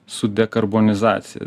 su dekarbonizacija